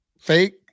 fake